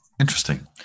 Interesting